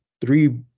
three